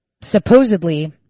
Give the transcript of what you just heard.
supposedly